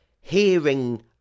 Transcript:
hearing